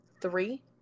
three